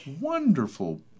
wonderful